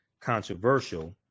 controversial